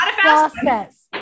process